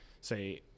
say